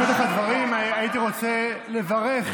לפרוצדורה קוראים